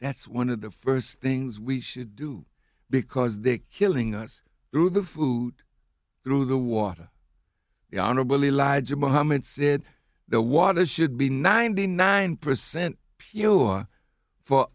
that's one of the first things we should do because they're killing us through the food through the water the honorable elijah muhammad said the water should be ninety nine percent pure for